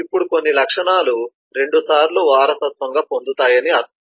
ఇప్పుడు కొన్ని లక్షణాలు రెండుసార్లు వారసత్వంగా పొందుతాయని అర్థం